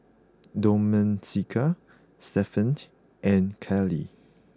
Domenica Stephaine and Keely